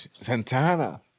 Santana